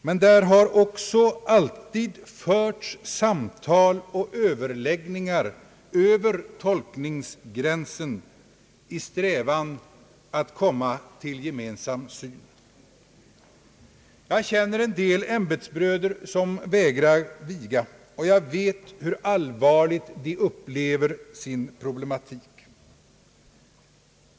Men där har också alltid förts samtal och överläggningar över tolkningsgränsen i strävan att komma till gemensam syn. Jag känner en del ämbetsbröder som vägrar viga, och jag vet hur allvarligt de upplever sin problematik.